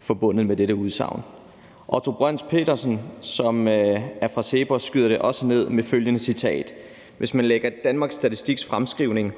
forbundet med dette udsagn. Otto Brøns-Petersen, som er fra CEPOS, skyder det også ned med følgende citat: »Hvis man lægger Danmarks Statistiks fremskrivning